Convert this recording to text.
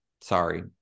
Sorry